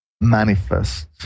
manifest